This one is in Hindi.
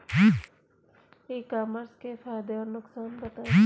ई कॉमर्स के फायदे और नुकसान बताएँ?